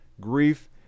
grief